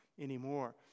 anymore